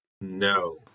No